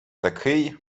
такий